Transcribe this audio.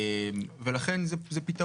חוק